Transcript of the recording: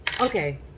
okay